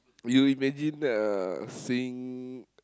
you imagine uh seeing